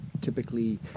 typically